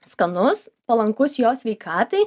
skanus palankus jo sveikatai